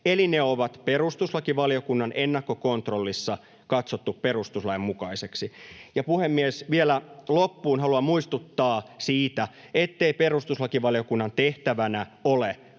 eli ne on perustuslakivaliokunnan ennakkokontrollissa katsottu perustuslainmukaisiksi. Puhemies! Vielä loppuun haluan muistuttaa siitä, ettei perustuslakivaliokunnan tehtävänä ole